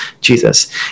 jesus